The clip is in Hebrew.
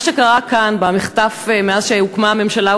מה שקרה כאן במחטף מאז שהוקמה הממשלה,